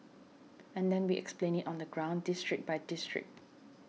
and then we explained it on the ground district by district